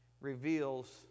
reveals